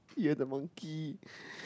you are the monkey